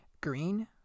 Green